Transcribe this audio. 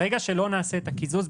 ברגע שלא נעשה את הקיזוז,